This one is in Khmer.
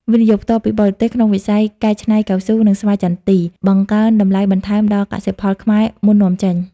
វិនិយោគផ្ទាល់ពីបរទេស ក្នុងវិស័យកែច្នៃកៅស៊ូ និងស្វាយចន្ទី បង្កើនតម្លៃបន្ថែមដល់កសិផលខ្មែរមុននាំចេញ។